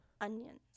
Onions